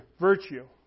virtue